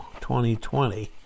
2020